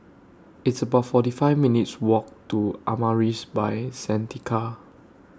It's about forty five minutes' Walk to Amaris By Santika